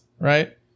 right